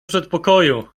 przedpokoju